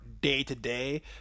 day-to-day